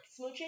smooching